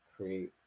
create